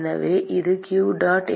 எனவே அது q dot